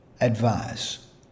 advice